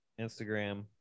Instagram